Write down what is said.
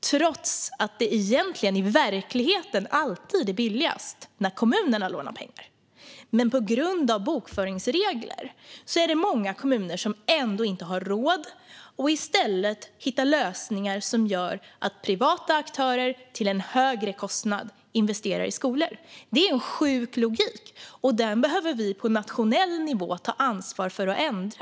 Trots att det i verkligheten alltid är billigast när kommunerna lånar pengarna är det på grund av bokföringsregler många kommuner som inte har råd. I stället hittar de lösningar som gör att privata aktörer investerar i skolor, till en högre kostnad. Det är en sjuk logik, och den behöver vi på nationell nivå ta ansvar för att ändra.